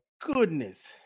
goodness